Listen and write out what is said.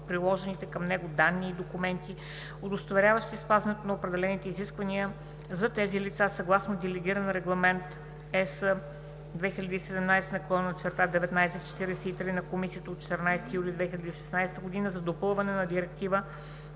приложените към него данни и документи, удостоверяващи спазването на определените изисквания за тези лица, съгласно Делегиран регламент ЕС 2017/1943 на Комисията от 14 юли 2016 г. за допълване на Директива